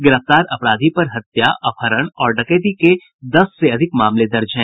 गिरफ्तार अपराधी पर हत्या अपहरण और डकैती के दस से अधिक मामले दर्ज है